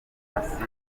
farumasi